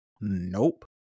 Nope